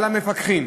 על המפקחים